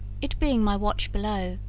it being my watch below,